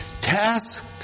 Task